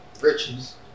Riches